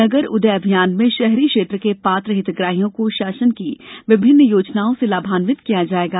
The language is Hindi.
नगर उदय अभियान में शहरी क्षेत्र के पात्र हितग्राहियों को शासन की विभिन्न योजनाओं से लाभान्वित किया जायेगा